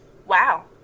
Wow